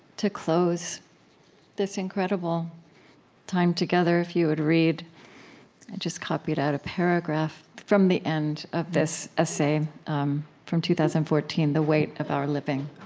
to close this incredible time together, if you would read i just copied out a paragraph from the end of this essay um from two thousand and fourteen, the weight of our living.